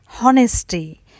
honesty